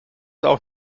auch